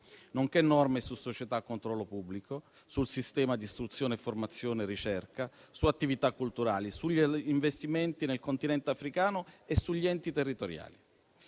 nonché norme su società a controllo pubblico, sul sistema di istruzione, formazione e ricerca, su attività culturali, sugli investimenti nel Continente africano e sugli enti territoriali.